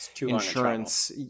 insurance